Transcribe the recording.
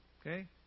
Okay